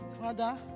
Father